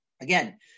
again